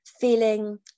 feeling